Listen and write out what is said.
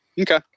Okay